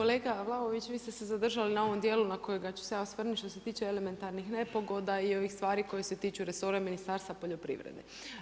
Kolega Vlaović, vi ste zadržali na ovom dijelu na kojega ću se ja osvrnut što se tiče elementarnih nepogoda i ovih stvari koje se tiču resora Ministarstva poljoprivrede.